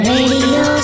Radio